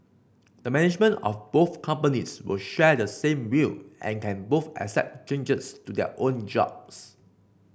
the management of both companies will share the same will and can both accept changes to their own jobs